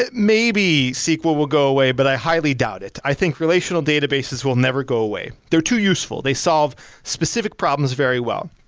maybe sql will go away, but i highly doubt it. i think relational databases will never go away, they're too useful. they solve specific problems very well.